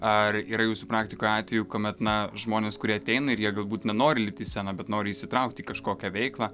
ar yra jūsų praktikoje atvejų kuomet na žmonės kurie ateina ir jie galbūt nenori lipt į sceną bet nori įsitraukt į kažkokią veiklą